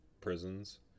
prisons